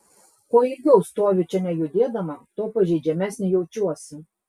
kuo ilgiau stoviu čia nejudėdama tuo pažeidžiamesnė jaučiuosi